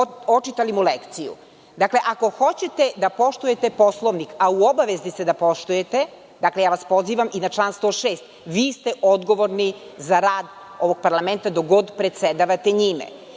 očitali mu lekciju. Dakle, ako hoćete da poštujete Poslovnik, a u obavezi ste da poštujete, dakle ja vas pozivam i na član 106. vi ste odgovorni za rad ovog parlamenta dok god predsedavate njime.